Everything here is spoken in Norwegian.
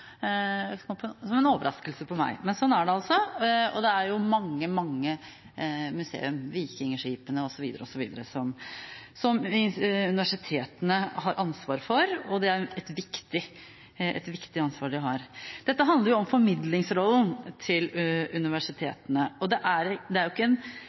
Det kom som en overraskelse på meg, men sånn er det altså. Det er mange museer, f.eks. vikingskipene, som universitetene har ansvar for, og det er et viktig ansvar de har. Dette handler jo om formidlingsrollen til universitetene – og den kostbare delen av det – for alle institusjonene har en viktig oppgave i det